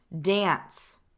Dance